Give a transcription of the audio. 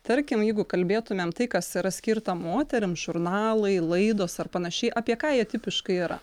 tarkim jeigu kalbėtumėm tai kas yra skirta moterims žurnalai laidos ar panašiai apie ką jie tipiškai yra